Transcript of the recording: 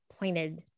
pointed